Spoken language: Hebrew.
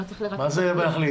מה זה להחליט?